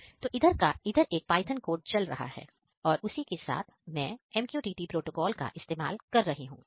तो इधर एक पाइथन कोड चल रहा है और उसी के साथ मैं MQTT प्रोटोकॉल का इस्तेमाल कर रही हूं